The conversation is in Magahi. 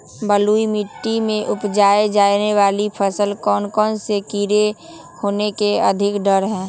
बलुई मिट्टी में उपजाय जाने वाली फसल में कौन कौन से कीड़े होने के अधिक डर हैं?